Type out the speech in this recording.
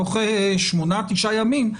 תוך שמונה-תשעה ימים,